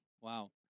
Wow